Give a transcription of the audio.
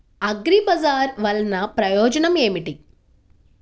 అగ్రిబజార్ వల్లన ప్రయోజనం ఏమిటీ?